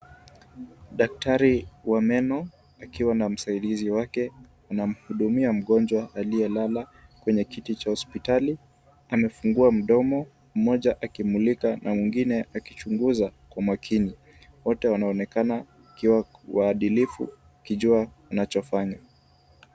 Daktari wa meno akiwa na msaidizi wake wanamhudumia mgonjwa aliyelala kwenye kiti cha hospitali amefungua mdomo, mmoja akimulika na mwingine akichunguza kwa makini. Wote wanaonekana wakiwa waadilifu wakijua wanachofanya.